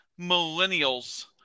millennials